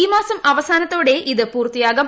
ഈ മാസം അവസാനത്തോടെ ഇത് പൂർത്തിയാകും